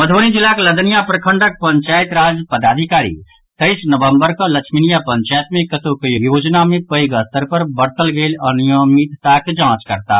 मधुबनी जिलाक लदनियां प्रखंडक पंचायत राज पदाधिकारी तेईस नवंबर कऽ लछमीनिया पंचायत मे कतेको योजना मे पैघ स्तर पर बरतल गेल अनियमितताक जांच करताह